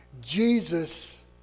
Jesus